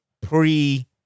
pre